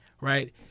right